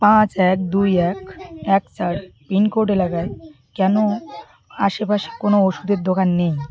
পাঁচ এক দুই এক এক চার পিন কোড এলাকায় কেন আশেপাশে কোনো ওষুধের দোকান নেই